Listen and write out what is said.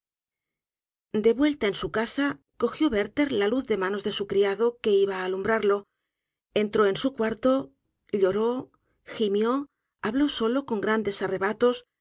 de vuelta en su casa cogió werther la luz de manos de su criado que iba á alumbrarlo entró en su cuarto lloró gimió habló solo con grandes arrebatos